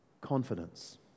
confidence